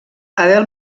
abel